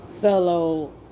fellow